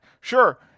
Sure